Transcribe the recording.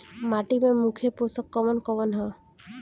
माटी में मुख्य पोषक कवन कवन ह?